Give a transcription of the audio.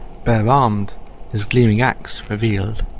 bare-armed his gleaming axe revealed!